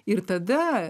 ir tada